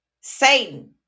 Satan